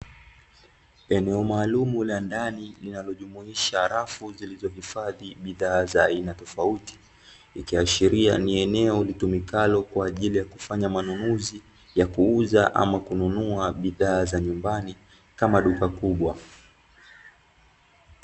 Eneo maalumu la ndani linalojumuisha rafu zilizohifadhi bidhaa za aina tofauti, ikiashiria ni eneo litumikalo kwa ajili ya kufanya manunuzi ya kuuza, ama kununua bidhaa za nyumbani, kama duka kubwa.